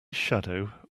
shadow